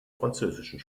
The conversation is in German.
französischen